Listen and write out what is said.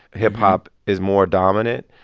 hip-hop is more dominant.